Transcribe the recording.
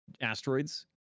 asteroids